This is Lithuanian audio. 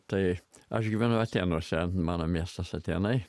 tai aš gyvenu atėnuose mano miestas atėnai